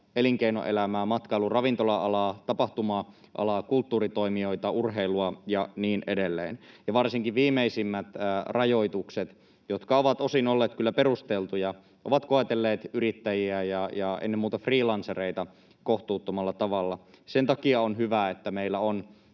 elinkeinoelämää, matkailu- ja ravintola-alaa, tapahtuma-alaa, kulttuuritoimijoita, urheilua ja niin edelleen, ja varsinkin viimeisimmät rajoitukset, jotka ovat osin olleet kyllä perusteltuja, ovat koetelleet yrittäjiä ja ennen muuta freelancereita kohtuuttomalla tavalla. Sen takia on hyvä, että meillä on